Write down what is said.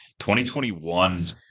2021